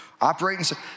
Operating